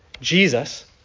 Jesus